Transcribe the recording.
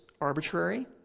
arbitrary